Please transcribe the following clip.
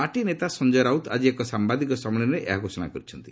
party ନେତା ସଞ୍ଜୟ ରାଉତ୍ ଆଜି ଏକ ସାମ୍ବାଦିକ ସମ୍ମିଳନୀରେ ଏହା ଘୋଷଣା କରିଛନ୍ତି